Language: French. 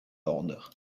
l’ordre